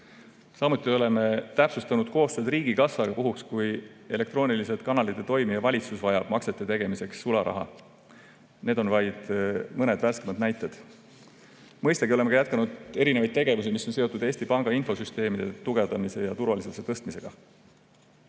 Samuti oleme täpsustanud koostööd riigikassaga puhuks, kui elektroonilised kanalid ei toimi ja valitsus vajab maksete tegemiseks sularaha. Need on vaid mõned värskemad näited. Mõistagi oleme jätkanud tegevusi, mis on seotud Eesti Panga infosüsteemide tugevdamise ja turvalisuse parandamisega.